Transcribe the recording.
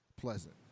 pleasant